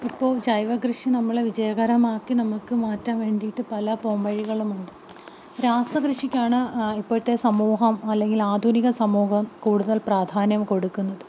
ഇപ്പോൾ ജൈവകൃഷി നമ്മളെ വിജയകരമാക്കി നമുക്ക് മാറ്റാൻ വേണ്ടിയിട്ട് പല പോം വഴികളുമുണ്ട് രാസകൃഷിക്കാണ് ഇപ്പോഴത്തെ സമൂഹം അല്ലെങ്കിൽ ആധുനിക സമൂഹം കൂടുതൽ പ്രാധാന്യം കൊടുക്കുന്നത്